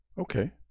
Okay